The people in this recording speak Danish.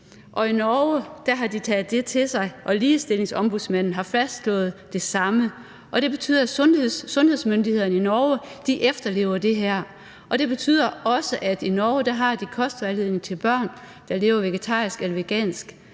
I Norge har de taget det til sig, og ligestillingsombudsmanden har fastslået det samme, og det betyder, at sundhedsmyndighederne i Norge efterlever det her. Det betyder også, at de i Norge har en kostvejledning til børn, der lever vegetarisk eller vegansk